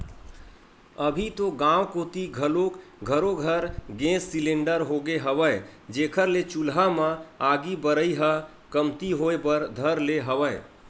अभी तो गाँव कोती घलोक घरो घर गेंस सिलेंडर होगे हवय, जेखर ले चूल्हा म आगी बरई ह कमती होय बर धर ले हवय